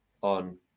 on